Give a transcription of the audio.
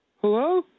Hello